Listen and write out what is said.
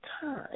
time